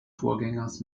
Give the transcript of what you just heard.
vorgängers